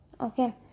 Okay